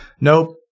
Nope